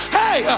hey